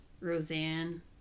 Roseanne